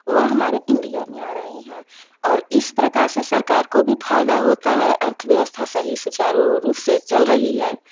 वह हमारे इंडिया में आ रही हैं और इस प्रकार से सरकार को भी फायदा होता है अर्थव्यवस्था सही सुचारु रूप से चल रही है